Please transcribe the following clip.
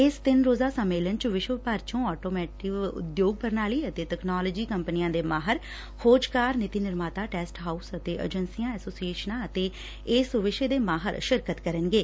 ਇਸ ਤਿੰਨ ਰੋਜ਼ਾ ਸੰਮੋਲਨ ਚ ਵਿਸ਼ਵ ਭਰ ਚੋ ਆਟੋਮੈਟਿਵ ਉਦਯੋਗ ਪੁਣਾਲੀ ਅਤੇ ਤਕਨਾਲੋਜੀ ਕੰਪਨੀਆਂ ਦੇ ਮਾਹਿਰ ਖੋਜਕਾਰ ਨੀਤੀ ਨਿਰਮਾਤਾ ਟੈਸਟ ਹਾਉਸ ਅਤੇ ਏਜੰਸੀਆਂ ਐਸੋਸ਼ੀਏਸ਼ਨਾਂ ਅਤੇ ਇਸ ਵਿਸ਼ੇ ਦੇ ਮਾਹਿਰ ਸ਼ਿਰਕਤ ਕਰਨਗੇ